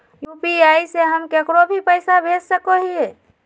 UPI से हम केकरो भी पैसा भेज सको हियै?